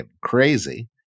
crazy